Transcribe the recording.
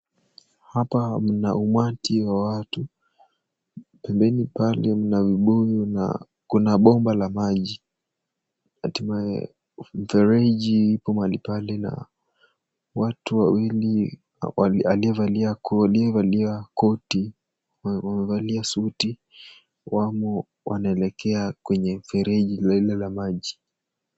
Hapa mna umati wa watu. Pembeni pale mna vibuyu na kuna bomba la maji hatimaye mfereji iko mahali pale na watu wawili aliyevalia koti wamevalia suti wamo wanaelekea kwenye mfereji lile la maji.